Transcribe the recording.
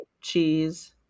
Cheese